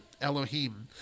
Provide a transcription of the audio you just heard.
Elohim